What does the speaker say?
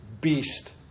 beast